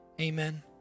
Amen